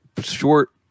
short